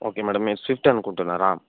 okay madam మీరు Swift అనుకుంటున్నారా